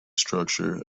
structure